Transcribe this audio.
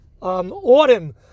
autumn